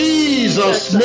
Jesus